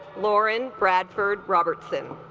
lauren bradford robertson